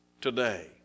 today